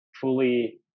fully